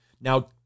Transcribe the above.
Now